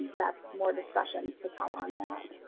that's more discussion to come on that.